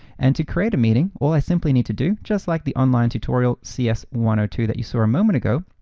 and to create a meeting, all i simply need to do, just like the online tutorial c s one zero two that you saw a moment ago,